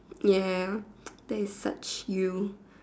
ya that is such you